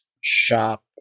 shop